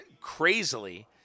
crazily